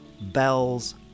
bells